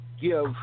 Give